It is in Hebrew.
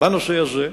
בנושא הזה,